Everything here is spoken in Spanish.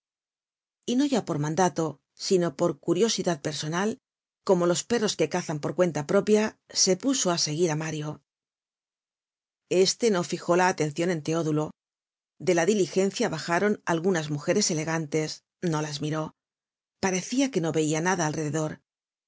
y no ya por mandato sino por curiosidad personal como los perros que cazan por cuenta propia se puso á seguir á mario este no fijó la atencion en teodulo de la diligencia bajaron algunas mujeres elegantes no las miró parecia que no veia nada alrededor